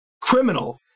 criminal